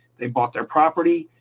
they bought their property.